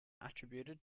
attributed